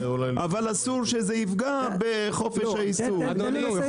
אבל אסור שזה יפגע בחופש העיסוק.